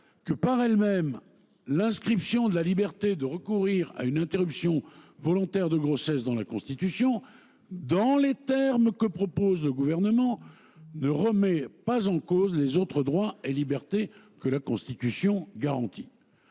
que, par elle même, l’inscription de la liberté de recourir à une interruption volontaire de grossesse dans la Constitution, dans les termes que propose le Gouvernement, ne remet pas en cause les autres droits et libertés que la Constitution garantit,